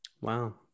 Wow